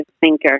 thinker